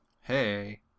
hey